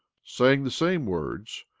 saying the same words,